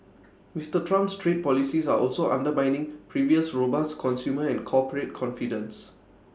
Mister Trump's trade policies are also undermining previously robust consumer and corporate confidence